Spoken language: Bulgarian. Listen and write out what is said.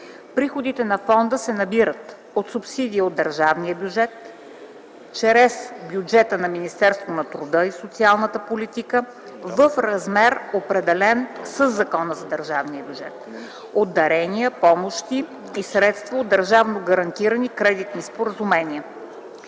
Приходите на фонда се набират от: субсидия от държавния бюджет чрез бюджета на Министерството на труда и социалната политика в размер, определян със Закона за държавния бюджет; от дарения, помощи и средства и от държавно гарантирани кредитни споразумения.